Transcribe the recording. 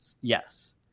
yes